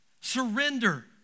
Surrender